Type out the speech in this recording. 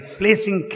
placing